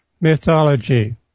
Mythology